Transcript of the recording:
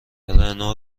رنو